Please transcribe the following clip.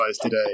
today